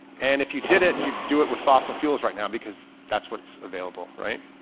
and if you did it, you'd do it with fossil fuels right now because that's what's available. right?